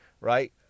right